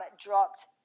dropped